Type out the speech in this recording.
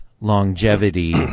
longevity